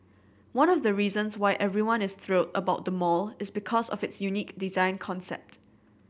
one of the reasons why everyone is thrilled about the mall is because of its unique design concept